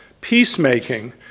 peacemaking